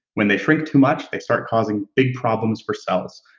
when they shrink too much, they start causing big problems for cells.